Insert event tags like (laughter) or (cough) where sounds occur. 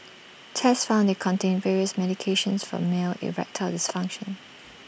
tests found they contained various medications for male erectile (noise) dysfunction